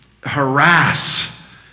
harass